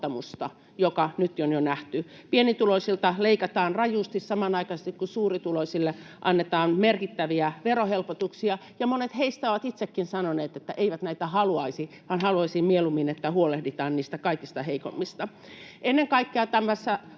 mikä nyt on jo nähty. Pienituloisilta leikataan rajusti samanaikaisesti, kun suurituloisille annetaan merkittäviä verohelpotuksia, ja monet heistä ovat itsekin sanoneet, että eivät näitä haluaisi, vaan haluaisivat mieluummin, että huolehditaan niistä kaikista heikoimmista. Ennen kaikkea